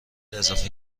اضافه